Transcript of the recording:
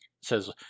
Says